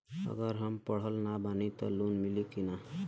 अगर हम पढ़ल ना बानी त लोन मिली कि ना?